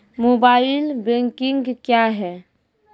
Mobile banking क्या हैं?